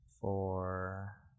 four